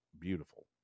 beautiful